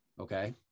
Okay